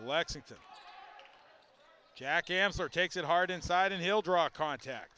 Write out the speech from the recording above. lexington jack answer takes it hard inside and he'll draw a contact